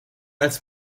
als